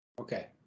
Okay